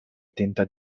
tenta